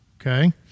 Okay